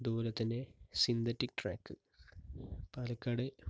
അതുപോലെതന്നെ synthetic track Palakkad